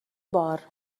بار